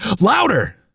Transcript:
louder